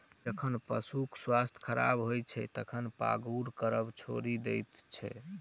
जखन पशुक स्वास्थ्य खराब होइत छै, तखन ओ पागुर करब छोड़ि दैत छै